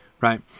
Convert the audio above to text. right